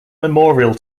memorial